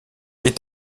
est